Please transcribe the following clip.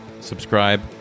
subscribe